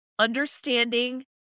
understanding